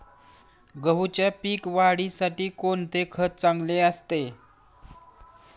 गहूच्या पीक वाढीसाठी कोणते खत चांगले असते?